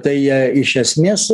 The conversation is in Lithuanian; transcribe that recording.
tai iš esmės